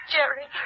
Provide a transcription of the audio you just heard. Jerry